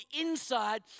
inside